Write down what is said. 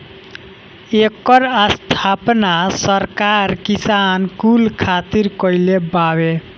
एकर स्थापना सरकार किसान कुल खातिर कईले बावे